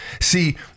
See